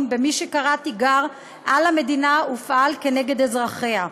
במי שקרא תיגר על המדינה ופעל כנגד אזרחיה.